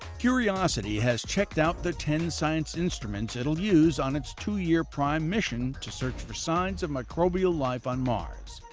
curiosity, has checked out the ten science instruments, it will use on its two-year prime mission to search for signs of microbial life on mars.